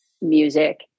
music